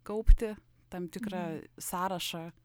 kaupti tam tikrą sąrašą